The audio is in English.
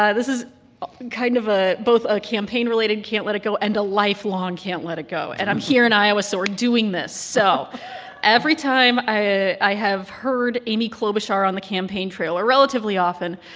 this is kind of a both a campaign-related can't let it go and a life-long can't let it go. and i'm here in iowa, so we're doing this. so every time i i have heard amy klobuchar on the campaign trail or relatively often,